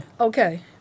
Okay